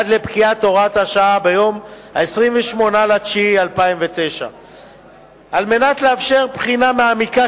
עד לפקיעת הוראת השעה ביום 28 בספטמבר 2009. כדי לאפשר בחינה מעמיקה